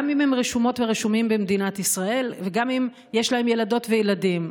גם אם הם רשומות ורשומים במדינת ישראל וגם אם יש להם ילדות וילדים.